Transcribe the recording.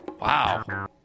Wow